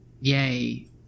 yay